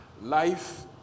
Life